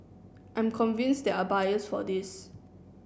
I'm convince there are buyers for this